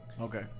Okay